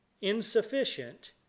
Insufficient